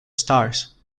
stars